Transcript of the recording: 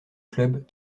club